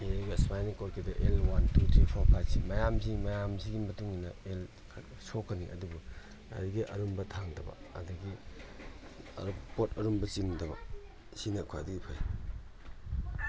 ꯏꯁꯄꯥꯏꯟꯅꯦꯜ ꯀꯣꯔꯗꯀꯤꯗ L one two three four ꯐꯥꯏꯚꯁꯤ ꯃꯌꯥꯝꯁꯤ ꯃꯌꯥꯝꯁꯤꯒꯤ ꯃꯇꯨꯡ ꯏꯟꯅ ꯑꯦꯜ ꯁꯣꯛꯀꯅꯤ ꯑꯗꯨꯕꯨ ꯌꯥꯔꯤꯈꯩ ꯑꯔꯨꯝꯕ ꯊꯥꯡꯗꯕ ꯑꯗꯒꯤ ꯄꯣꯠ ꯑꯔꯨꯝꯕ ꯆꯤꯡꯗꯕ ꯁꯤꯅ ꯈ꯭ꯋꯥꯏꯗꯒꯤ ꯐꯩ